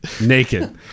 naked